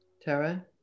Tara